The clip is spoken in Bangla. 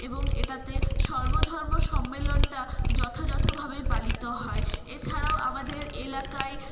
এবং এটাতে সর্ব ধর্ম সম্মেলনটা যথাযথভাবেই পালিত হয় এছাড়াও আমাদের এলাকায়